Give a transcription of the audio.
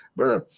brother